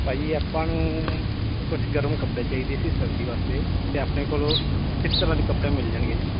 ਭਾਅ ਜੀ ਆਪਾਂ ਨੂੰ ਕੁਛ ਗਰਮ ਕੱਪੜੇ ਚਾਹੀਦੇ ਸੀ ਸਰਦੀ ਵਾਸਤੇ ਅਤੇ ਆਪਣੇ ਕੋਲੋਂ ਕਿਸ ਤਰ੍ਹਾਂ ਦੇ ਕੱਪੜੇ ਮਿਲ ਜਾਣਗੇ ਜੀ